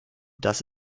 das